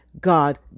God